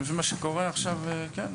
כן.